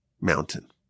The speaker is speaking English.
mountain